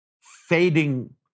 fading